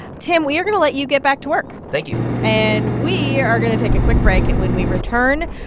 tim, we are going to let you get back to work. thank you. and we are are going to take a quick break. and when we return,